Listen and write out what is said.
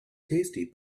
tasty